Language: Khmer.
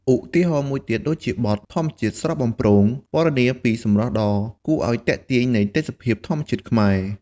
ឧទាហរណ៍មួយទៀតដូចជាបទ "ធម្មជាតិស្រស់បំព្រង" ពណ៌នាពីសម្រស់ដ៏គួរឲ្យទាក់ទាញនៃទេសភាពធម្មជាតិខ្មែរ។